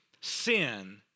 sin